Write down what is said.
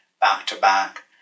back-to-back